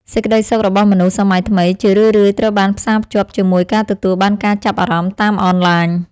សេចក្ដីសុខរបស់មនុស្សសម័យថ្មីជារឿយៗត្រូវបានផ្សារភ្ជាប់ជាមួយការទទួលបានការចាប់អារម្មណ៍តាមអនឡាញ។